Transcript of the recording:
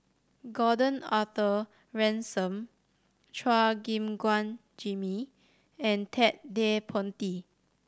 Gordon Arthur Ransome Chua Gim Guan Jimmy and Ted De Ponti